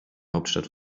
hauptstadt